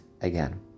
again